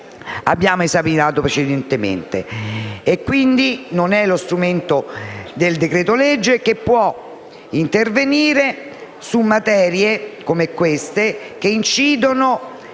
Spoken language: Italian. abbiamo esaminato recentemente. Non è, quindi, lo strumento del decreto-legge che può intervenire su materie come queste, che incidono